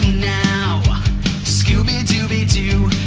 now scooby-dooby-doo,